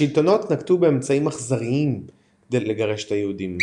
השלטונות נקטו באמצעים אכזריים כדי לגרש את היהודים.